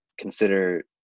consider